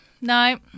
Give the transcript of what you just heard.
No